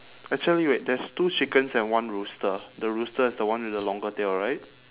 actually right there's two chickens and one rooster the rooster is the one with the longer tail right